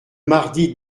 mardi